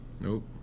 Nope